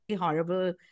horrible